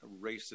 racist